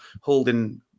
holding